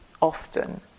often